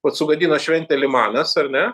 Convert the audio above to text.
vat sugadino šventę limanas ar ne